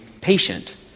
patient